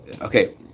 Okay